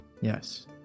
yes